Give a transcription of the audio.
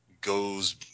goes